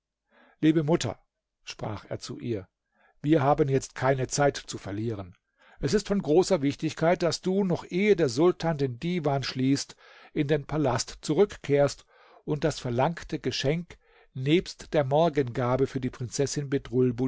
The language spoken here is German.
liebe mutter sprach er zu ihr wir haben jetzt keine zeit zu verlieren es ist von großer wichtigkeit daß du noch ehe der sultan den divan schließt in den palast zurückkehrst und das verlangte geschenk nebst der morgengabe für die prinzessin